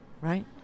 right